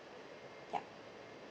yup